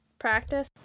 practice